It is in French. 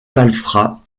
malfrats